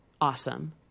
awesome